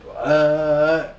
err